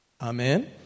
Amen